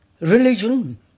religion